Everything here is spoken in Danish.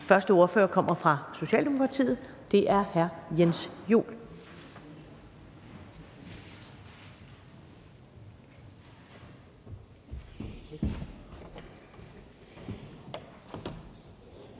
Den første ordfører kommer fra Socialdemokratiet, og det er hr. Jens Joel.